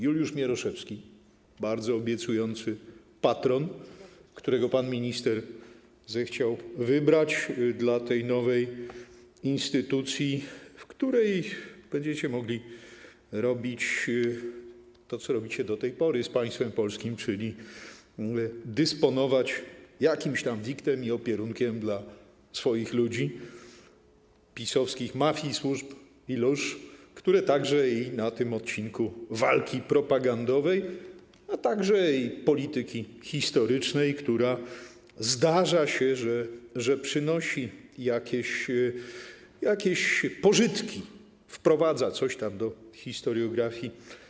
Juliusz Mieroszewski to bardzo obiecujący patron, którego pan minister zechciał wybrać dla tej nowej instytucji, w której będziecie mogli robić to, co robicie do tej pory z państwem polskim, czyli dysponować jakimś tam wiktem i opierunkiem dla swoich ludzi, PiS-owskich mafii, służb i lóż, które działają także na odcinku walki propagandowej, a także polityki historycznej, która jest prowadzona i - zdarza się - przynosi jakieś pożytki, wprowadza coś tam do historiografii.